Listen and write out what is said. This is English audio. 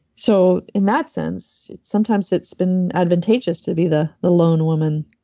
so in that sense, sometimes it's been advantageous to be the the lone woman.